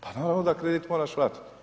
Pa naravno da kredit moraš vratiti.